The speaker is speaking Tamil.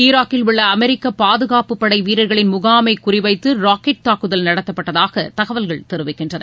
ஈராக்கில் உள்ள அமெரிக்க பாதுகாப்புப்படை வீரர்களின் முகாமை குறிவைத்து ராக்கெட் தாக்குதல் நடத்தப்பட்டதாக தகவல்கள் தெரிவிக்கின்றன